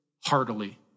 heartily